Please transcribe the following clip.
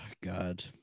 God